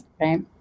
right